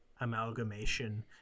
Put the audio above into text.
amalgamation